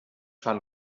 fan